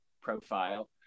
profile